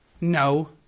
No